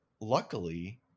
luckily